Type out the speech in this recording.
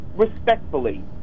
respectfully